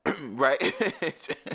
right